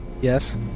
Yes